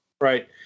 Right